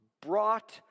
brought